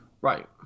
right